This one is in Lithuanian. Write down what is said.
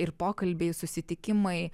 ir pokalbiai susitikimai